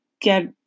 get